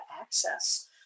access